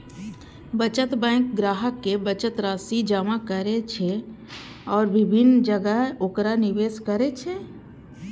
बचत बैंक ग्राहक के बचत राशि जमा करै छै आ विभिन्न जगह ओकरा निवेश करै छै